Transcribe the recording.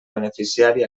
beneficiari